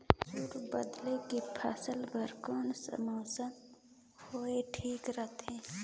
मसुर बदले के फसल बार कोन सा मौसम हवे ठीक रथे?